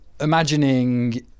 imagining